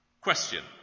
Question